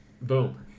Boom